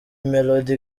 melody